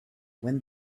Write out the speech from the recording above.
when